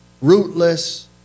rootless